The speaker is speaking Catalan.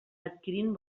adquirint